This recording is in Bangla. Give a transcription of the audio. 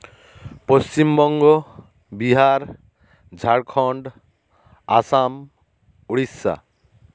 পশ্চিমবঙ্গ বিহার ঝাড়খন্ড অসম উড়িষ্যা